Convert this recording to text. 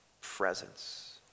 presence